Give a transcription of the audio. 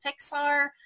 Pixar